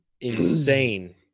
insane